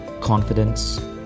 confidence